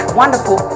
wonderful